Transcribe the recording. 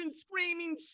screaming